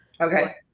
Okay